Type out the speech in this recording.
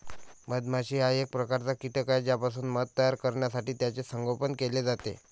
मधमाशी हा एक प्रकारचा कीटक आहे ज्यापासून मध तयार करण्यासाठी त्याचे संगोपन केले जाते